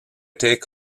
take